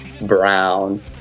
brown